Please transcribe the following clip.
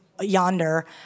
yonder